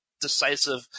decisive